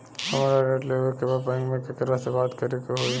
हमरा ऋण लेवे के बा बैंक में केकरा से बात करे के होई?